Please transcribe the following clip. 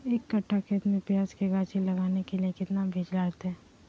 एक कट्ठा खेत में प्याज के गाछी लगाना के लिए कितना बिज लगतय?